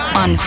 on